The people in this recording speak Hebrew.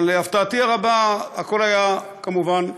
אבל להפתעתי הרבה, הכול היה כמובן הצגה,